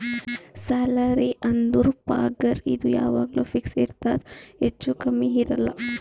salary ಅಂದುರ್ ಪಗಾರ್ ಇದು ಯಾವಾಗ್ನು ಫಿಕ್ಸ್ ಇರ್ತುದ್ ಹೆಚ್ಚಾ ಕಮ್ಮಿ ಇರಲ್ಲ